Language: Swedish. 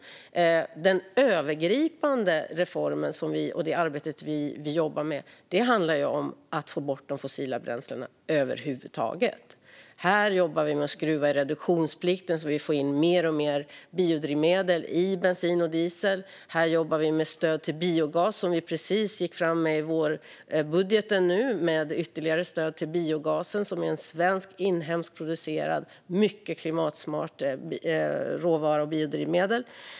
Den övergripande reformen och det arbete vi gör handlar om att få bort de fossila bränslena över huvud taget. Här jobbar vi med att skruva i reduktionsplikten så att vi får in mer och mer biodrivmedel i bensin och diesel. Vi jobbar med stöd till biogas, vilket vi precis har gått fram med i vårbudgeten. Det blir ytterligare stöd till biogasen, som är en svensk, inhemskt producerad och mycket klimatsmart råvara och ett biodrivmedel.